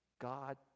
God